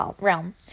realm